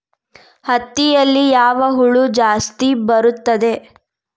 ಹತ್ತಿಯಲ್ಲಿ ಯಾವ ಹುಳ ಜಾಸ್ತಿ ಬರುತ್ತದೆ?